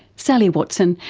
sally watson,